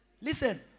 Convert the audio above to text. Listen